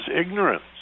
ignorance